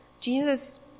Jesus